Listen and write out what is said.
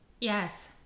yes